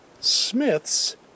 smiths